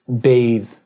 bathe